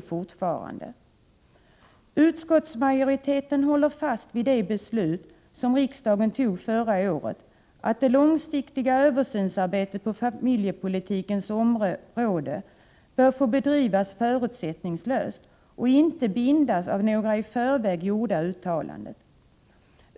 fortfarande lika stor. Utskottsmajoriteten håller fast vid det beslut som riksdagen fattade förra året, nämligen att det långsiktiga översynsarbetet på familjepolitikens område bör få bedrivas förutsättningslöst och inte bindas av några i förväg gjorda uttalanden.